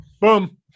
Boom